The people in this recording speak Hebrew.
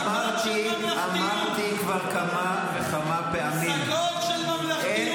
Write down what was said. אמרתי -- פסגות של ממלכתיות,